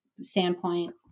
standpoint